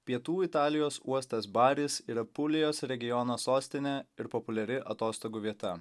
pietų italijos uostas baris ir apulijos regiono sostinė ir populiari atostogų vieta